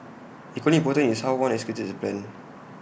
equally important is how one executes the plan